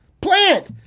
plant